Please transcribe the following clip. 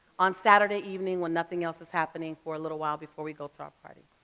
on saturday evening when nothing else is happening for a little while before we go to our party.